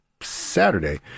Saturday